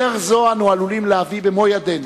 בדרך זו אנו עלולים להביא במו ידינו